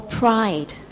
pride